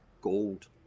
gold